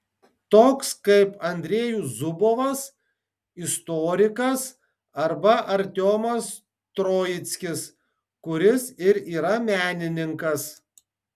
toks kaip andrejus zubovas istorikas arba artiomas troickis kuris ir yra menininkas